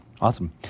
Awesome